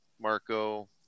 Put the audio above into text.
Marco